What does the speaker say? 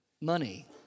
money